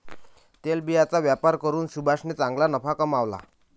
तेलबियांचा व्यापार करून सुभाषने चांगला नफा कमावला